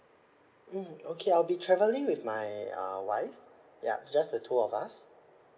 mm okay I'll be travelling with my uh wife yup just the two of us